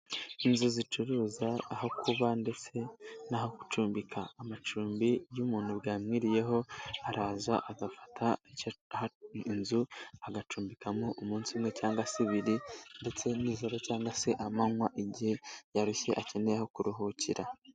Inzu zicuruza aho kuba ndetse n'aho gucumbika amacumbi y'umuntu bwamwiriyeho araza agafata inzu agacumbikamo umunsi umwe cyangwa se ibiri ndetse nijoro cyangwa se amanywa igihe yarushye akeneye aho kuruhukira.